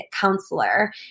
counselor